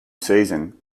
season